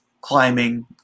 climbing